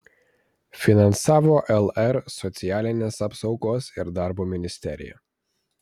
finansavo lr socialinės apsaugos ir darbo ministerija